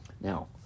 Now